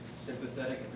Sympathetic